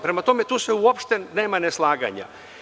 Prema tome, tu uopšte nema neslaganja.